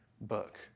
book